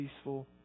peaceful